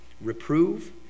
Reprove